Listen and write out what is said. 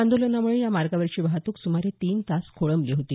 आंदोलनामुळे या मार्गावरची वाहतूक सुमारे तीन तास खोळंबली होती